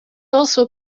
also